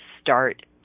start